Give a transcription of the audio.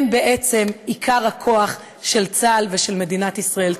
הם בעצם עיקר הכוח של צה"ל ושל מדינת ישראל.